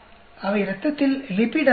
அவை இரத்தத்தில் லிபிட் அளவை மி